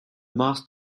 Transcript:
mast